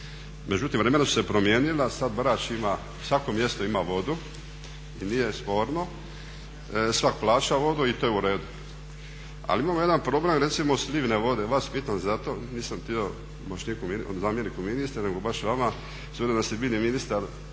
Međutim, vremena su se promijenila, sad Brač ima, svako mjesta ima vodu i nije sporno, svak plaća vodu i to je u redu. Ali imamo jedan problem, recimo slivne vode. Vas pitam zato, nisam htio zamjeniku ministra nego baš vama s obzirom da ste bili ministar